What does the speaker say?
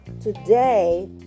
Today